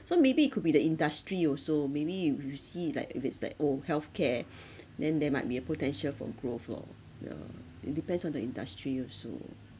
so maybe it could be the industry also maybe you you see like if it's like oh healthcare then there might be a potential for growth lor yeah it depends on the industry also